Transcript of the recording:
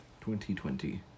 2020